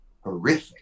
horrific